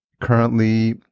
currently